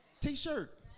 T-shirt